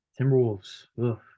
Timberwolves